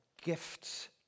gifts